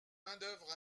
manœuvre